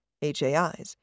HAIs